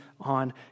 on